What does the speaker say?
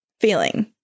feeling